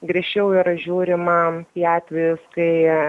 griežčiau yra žiūrima į atvejus kai